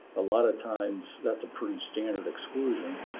a lot of times that's a pretty standard exclusion,